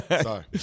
Sorry